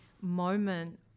moment